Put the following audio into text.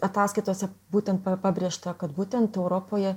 ataskaitose būten pabrėžta kad būtent europoje